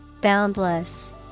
Boundless